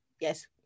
Yes